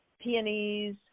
peonies